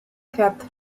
quatre